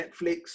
netflix